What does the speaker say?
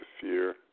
fear